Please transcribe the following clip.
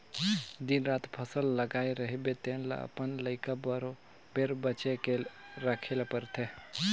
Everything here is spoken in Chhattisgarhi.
दिन रात फसल लगाए रहिबे तेन ल अपन लइका बरोबेर बचे के रखे ले परथे